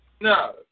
No